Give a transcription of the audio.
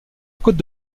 cote